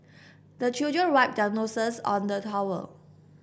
the children wipe their noses on the towel